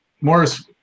Morris